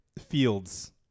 fields